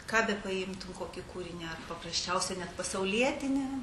ką be paimtum kokį kūrinį ar paprasčiausią net pasaulietinį